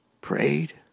prayed